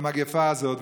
המגפה הזאת,